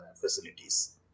facilities